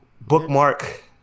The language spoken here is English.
bookmark